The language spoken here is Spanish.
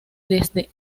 desde